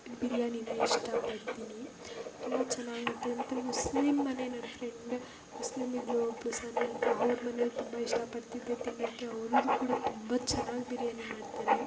ಬಿರ್ಯಾನಿನ ಇಷ್ಟಪಡ್ತೀನಿ ತುಂಬ ಚೆನ್ನಾಗಿ ಮಾಡ್ತಾರೆ ಮತ್ತು ಮುಸ್ಲಿಮ್ ಮನೆ ನನ್ನ ಫ್ರೆಂಡ್ ಮುಸ್ಲಿಮ್ ಇದ್ಲು ಒಬ್ಬಳು ಸಾನ್ಯಾ ಅಂತ ಅವ್ರ ಮನೇಲಿ ತುಂಬ ಇಷ್ಟಪಡ್ತಿದ್ದೆ ತಿನ್ನೋಕ್ಕೆ ಅವ್ರದು ಕೂಡ ತುಂಬ ಚೆನ್ನಾಗಿ ಬಿರ್ಯಾನಿ ಮಾಡ್ತಾರೆ